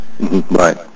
Right